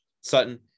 Sutton